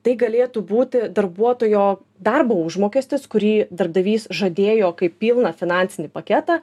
tai galėtų būti darbuotojo darbo užmokestis kurį darbdavys žadėjo kaip pilną finansinį paketą